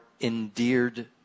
endeared